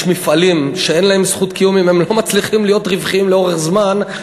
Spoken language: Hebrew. יש מפעלים שאם הם לא מצליחים להיות רווחיים לאורך זמן,